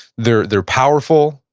they're they're powerful,